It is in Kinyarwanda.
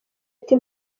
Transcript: ati